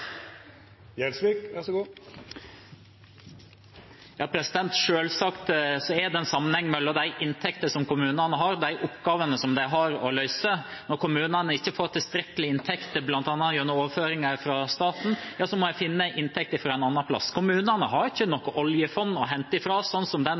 er det en sammenheng mellom de inntektene som kommunene har, og de oppgavene de har å løse. Når kommunene ikke får tilstrekkelige inntekter bl.a. gjennom overføringer fra staten, må de finne inntekter andre steder. Kommunene har ikke noe oljefond å hente fra, slik den